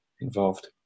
involved